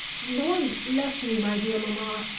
lord bless me, my dear mamma!